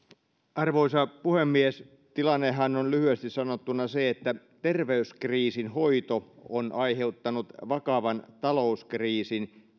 arvoisa puhemies tilannehan on lyhyesti sanottuna se että terveyskriisin hoito on aiheuttanut vakavan talouskriisin